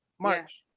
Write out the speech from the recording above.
March